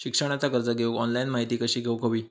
शिक्षणाचा कर्ज घेऊक ऑनलाइन माहिती कशी घेऊक हवी?